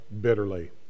bitterly